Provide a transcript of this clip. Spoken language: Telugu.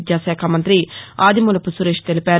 విద్యాశాఖ మంతి ఆదిమూలపు సురేష్ తెలిపారు